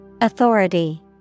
Authority